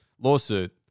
lawsuit